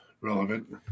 relevant